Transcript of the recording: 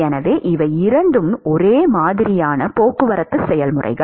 எனவே இவை இரண்டும் ஒரே மாதிரியான போக்குவரத்து செயல்முறைகள்